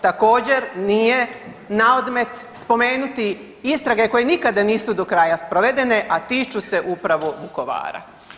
Također nije naodmet spomenuti istrage koje nikada nisu do kraja sprovedene, a tiču se upravo Vukovara.